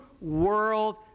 world